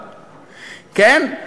כן,